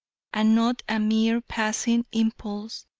and not a mere passing impulse,